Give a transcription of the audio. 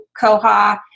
Koha